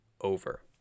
over